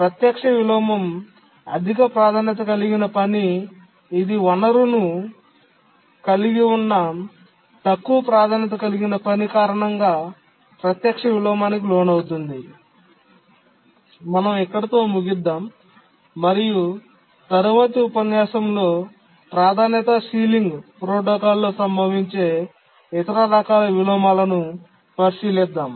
ప్రత్యక్ష విలోమం అధిక ప్రాధాన్యత కలిగిన పని ఇది వనరును కలిగి ఉన్న తక్కువ ప్రాధాన్యత కలిగిన పని కారణంగా ప్రత్యక్ష విలోమానికి లోనవుతుంది మనం ఇక్కడితో ముగిద్దాం మరియు తరువాతి ఉపన్యాసంలో ప్రాధాన్యత సీలింగ్ ప్రోటోకాల్లో సంభవించే ఇతర రకాల విలోమాలను పరిశీలిద్దాం